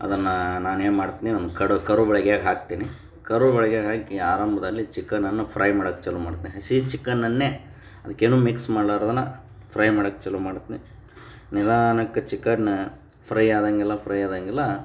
ಅದನ್ನು ನಾನು ಏನು ಮಾಡ್ತೀನಿ ಒಂದು ಕಡು ಕರ್ಯ ಬಳ್ಗ್ಯಾಗೆ ಹಾಕ್ತೀನಿ ಕರ್ಯ ಬಳ್ಗ್ಯಾಗೆ ಹಾಕಿ ಆರಂಭದಲ್ಲಿ ಚಿಕನನ್ನು ಫ್ರೈ ಮಾಡಕ್ಕೆ ಚಾಲು ಮಾಡ್ತೀನಿ ಹಸಿ ಚಿಕನನ್ನೇ ಅದಕ್ಕೇನು ಮಿಕ್ಸ್ ಮಾಡ್ಲಾರ್ದೆನೆ ಫ್ರೈ ಮಾಡಕ್ಕೆ ಚಾಲು ಮಾಡ್ತೀನಿ ನಿಧಾನಕ್ಕೆ ಚಿಕನ್ನ ಫ್ರೈ ಆದಂಗೆಲ್ಲ ಫ್ರೈ ಆದಂಗೆಲ್ಲ